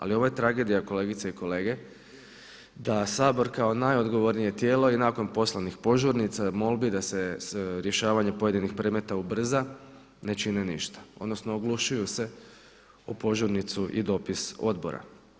Ali ovo je tragedija kolegice i kolege, da Sabor kao najodgovornije tijelo i nakon poslanih požurnica, molbi da se rješavanje pojedinih predmeta ubrza ne čini ništa, odnosno oglušuju se u požurnicu i dopis odbora.